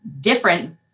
different